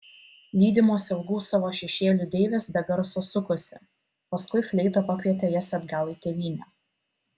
lydimos ilgų savo šešėlių deivės be garso sukosi paskui fleita pakvietė jas atgal į tėvynę